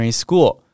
school